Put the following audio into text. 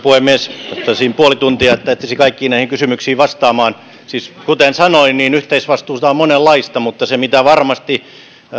puhemies tarvittaisiin puoli tuntia että ehtisi kaikkiin näihin kysymyksiin vastaamaan siis kuten sanoin yhteisvastuuta on monenlaista mutta se mistä varmasti